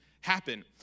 happen